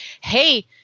hey